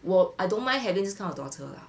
!whoa! I don't mind having this kind of daughter lah